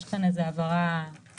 יש כאן איזו הבהרה טכנית.